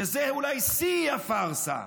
וזה אולי שיא הפארסה,